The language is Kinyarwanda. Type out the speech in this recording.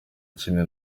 kindi